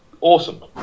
awesome